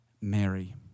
Mary